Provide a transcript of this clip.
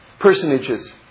personages